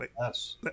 Yes